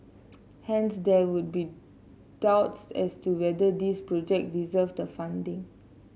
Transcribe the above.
hence there would be doubts as to whether these project deserved the funding